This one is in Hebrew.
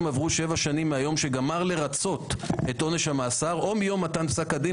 עברו שבע שנים מהיום שגמר לרצות את עונש המאסר או מיום מתן פסק הדין,